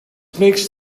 makes